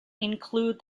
include